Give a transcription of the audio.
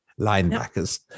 linebackers